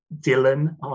Dylan